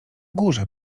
górze